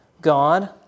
God